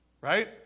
right